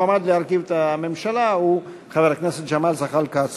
המועמד להרכיב את הממשלה הוא חבר הכנסת ג'מאל זחאלקה עצמו.